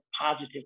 positive